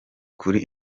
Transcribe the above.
kuri